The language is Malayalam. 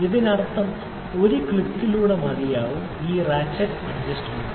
അതിനർത്ഥം ഇത് ഒരു ക്ലിക്കിലൂടെ മതിയാകും ഇത് റാറ്റ്ചെറ്റ് അറ്റാച്ചുമെന്റ്